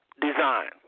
design